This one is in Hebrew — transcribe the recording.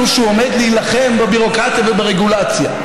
שהוא עומד להילחם בביורוקרטיה וברגולציה.